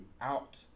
out